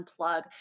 unplug